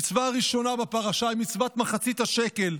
המצווה הראשונה בפרשה היא מצוות מחצית השקל.